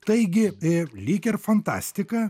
taigi i lyg ir fantastika